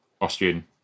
Austrian